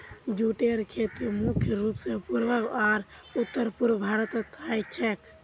जूटेर खेती मुख्य रूप स पूर्वी आर उत्तर पूर्वी भारतत ह छेक